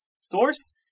source